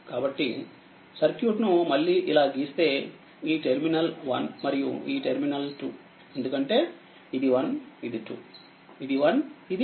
కాబట్టి సర్క్యూట్ను మళ్లీ ఇలా గీస్తేఈ టెర్మినల్1మరియు ఈ టెర్మినల్2ఎందుకంటే ఇది1ఇది2ఇది1ఇది2